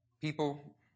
people